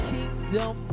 Kingdom